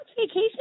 vacation